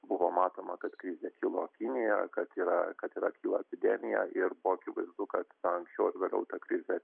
buvo matoma kad krizė kilo kinijoje kad yra kad yra kyla epidemija ir buvo akivaizdu kad anksčiau ar vėliau ta krizė